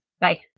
Bye